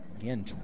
Again